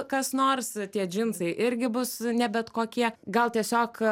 kas nors tie džinsai irgi bus ne bet kokie gal tiesiog